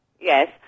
Yes